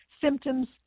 symptoms